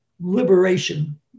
liberation